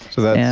so, yeah